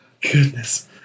goodness